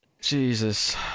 Jesus